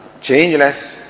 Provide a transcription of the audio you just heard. changeless